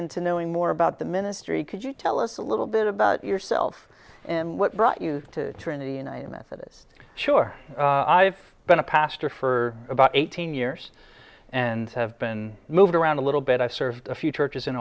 into knowing more about the ministry could you tell us a little bit about yourself and what brought you to trinity and i am methodist sure i have been a pastor for about eighteen years and have been moved around a little bit i served a few churches in